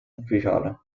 ufficiale